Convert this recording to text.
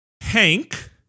Hank